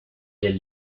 del